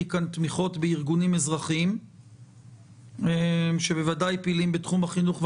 כאן תמיכות בארגונים אזרחיים שהם בוודאי פעילים בתחום החינוך וההסברה.